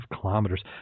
kilometers